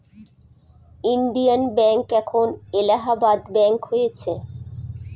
Indian bank এখন Allahabad bank হয়েছে